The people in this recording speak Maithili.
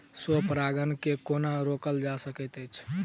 स्व परागण केँ कोना रोकल जा सकैत अछि?